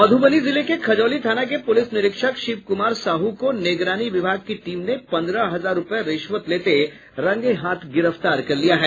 मध्रबनी जिले के खजौली थाना के पुलिस निरीक्षक शिव कुमार साहू को निगरानी विभाग की टीम ने पंद्रह हजार रुपये रिश्वत लेते रंगेहाथ गिरफ्तार कर लिया है